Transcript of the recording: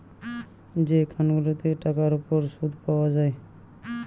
যে একউন্ট গুলাতে টাকার উপর শুদ পায়া যায়